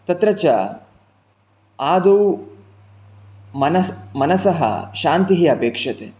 तत्र च आदौ मनसः शान्तिः अपेक्षते